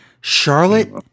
Charlotte